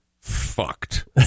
fucked